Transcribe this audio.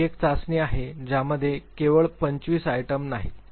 ही एक चाचणी आहे ज्यामध्ये केवळ 25 आयटम नाहीत